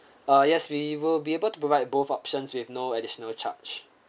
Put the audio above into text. ah yes we will be able to provide both options with no additional charge